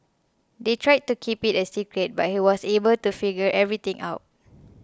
they tried to keep it a secret but he was able to figure everything out